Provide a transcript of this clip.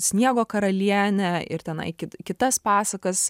sniego karalienę ir tenai kit kitas pasakas